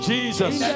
Jesus